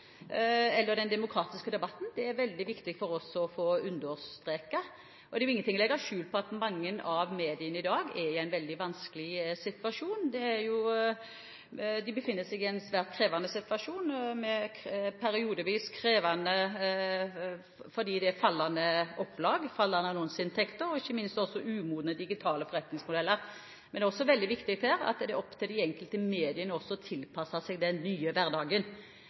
eller den demokratiske debatten. Det er veldig viktig for oss å få understreket. Det er jo ikke til å legge skjul på at mange av mediene i dag er i en veldig vanskelig situasjon. De befinner seg i en svært krevende situasjon – periodevis krevende – fordi de har fallende opplag, fallende annonseinntekter og ikke minst umodne digitale forretningsmodeller. Men det er også veldig viktig her at det er opp til de enkelte mediene å tilpasse seg den nye hverdagen.